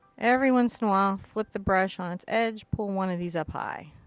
every once in a while flip the brush on its edge, pull one of these up high.